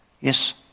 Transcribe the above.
Yes